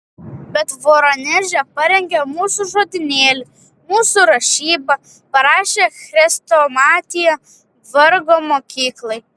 bet voroneže parengė mūsų žodynėlį mūsų rašybą parašė chrestomatiją vargo mokyklai